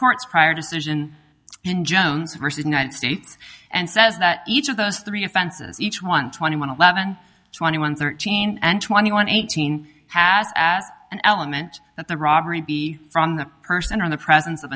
court's prior decision in jones versus united states and says that each of those three offenses each one twenty one eleven twenty one thirteen and twenty one eighteen has asked an element that the robbery be on the person or in the presence of